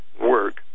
work